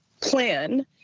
plan